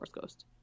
ghost